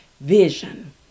vision